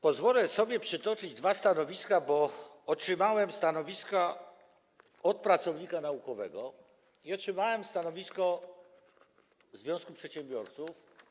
Pozwolę sobie przytoczyć dwa stanowiska, bo otrzymałem stanowisko pracownika naukowego i stanowisko związku przedsiębiorców.